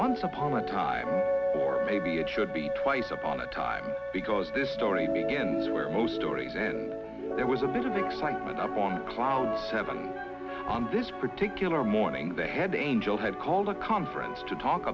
once upon a time or maybe it should be twice upon a time because this story begins where most stories and there was a bit of excitement up on cloud seven on this particular morning the head angel had called a conference to talk